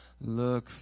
Look